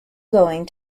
going